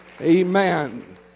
Amen